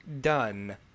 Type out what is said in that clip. done